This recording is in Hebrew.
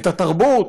את התרבות,